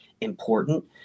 important